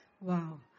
Wow